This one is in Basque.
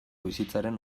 bizitzaren